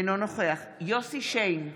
אינו נוכח יוסף שיין,